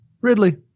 Ridley